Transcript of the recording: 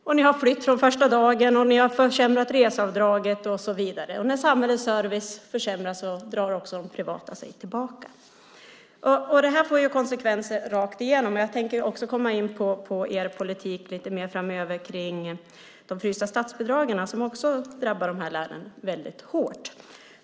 Ni har infört flytt från första dagen, försämrat reseavdraget och så vidare. När samhällets service försämras drar också de privata sig tillbaka. Det här får konsekvenser rakt igenom. Jag tänker framöver komma in lite mer på er politik kring de frysta statsbidragen, som också drabbar dessa län väldigt hårt.